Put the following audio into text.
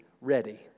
ready